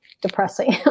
depressing